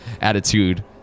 attitude